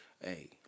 Hey